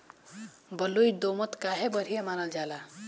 बलुई दोमट काहे बढ़िया मानल जाला?